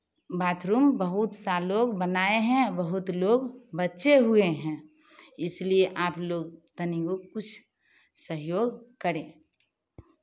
bathroom बहुत सा लोग बनाए हैं बहुत लोग बचे हुए हैं इसलिए आप लोग तनिको कुछ सहयोग करें